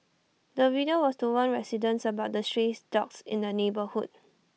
the video was to warn residents about the stray dogs in the neighbourhood